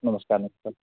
नमस्कार नमस्कार